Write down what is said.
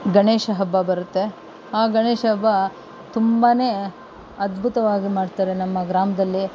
ಗಣೇಶ ಹಬ್ಬ ಬರುತ್ತೆ ಆ ಗಣೇಶ ಹಬ್ಬ ತುಂಬನೇ ಅದ್ಭುತವಾಗಿ ಮಾಡ್ತಾರೆ ನಮ್ಮ ಗ್ರಾಮದಲ್ಲಿ